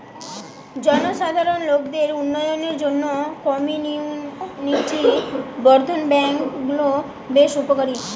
জনসাধারণ লোকদের উন্নয়নের জন্যে কমিউনিটি বর্ধন ব্যাংক গুলো বেশ উপকারী